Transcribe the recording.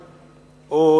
או,